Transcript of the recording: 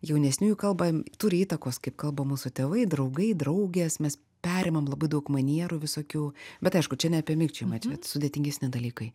jaunesniųjų kalbą turi įtakos kaip kalba mūsų tėvai draugai draugės mes perimam labai daug manierų visokių bet aišku čia ne apie mikčiojimą čia sudėtingesni dalykai